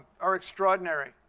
are extraordinary.